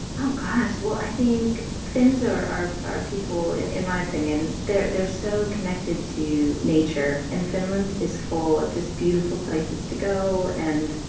oh, gosh. well, i think finns are are people in in my opinion, they're they're so connected to nature. and finland is full of just beautiful places to go. and,